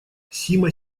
сима